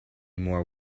more